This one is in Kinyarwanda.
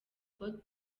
cote